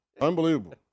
unbelievable